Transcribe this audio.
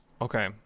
Okay